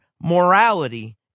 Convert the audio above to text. morality